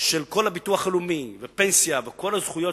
של כל הביטוח הלאומי ופנסיה וכל הזכויות